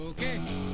Okay